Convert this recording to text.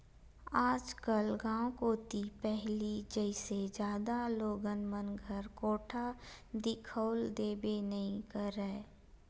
आजकल गाँव कोती पहिली जइसे जादा लोगन मन घर कोठा दिखउल देबे नइ करय